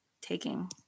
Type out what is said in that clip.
taking